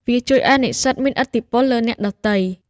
វាជួយឱ្យនិស្សិតមានឥទ្ធិពលលើអ្នកដទៃ។